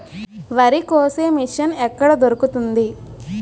వరి కోసే మిషన్ ఎక్కడ దొరుకుతుంది?